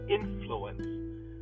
influence